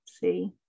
see